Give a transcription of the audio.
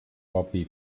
bobby